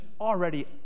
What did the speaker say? already